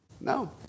No